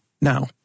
Now